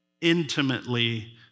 intimately